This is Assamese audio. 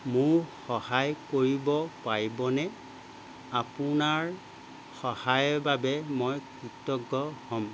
মোক সহায় কৰিব পাৰিবনে আপোনাৰ সহায়ৰ বাবে মই কৃতজ্ঞ হ'ম